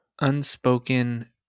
unspoken